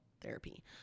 therapy